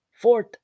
fourth